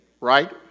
right